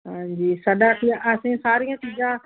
ਹਾਂਜੀ ਸਾਡਾ ਅਸੀਂ ਸਾਰੀਆਂ ਚੀਜ਼ਾਂ